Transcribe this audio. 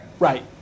Right